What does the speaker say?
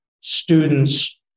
students